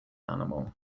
animal